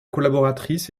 collaboratrice